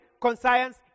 conscience